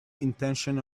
intention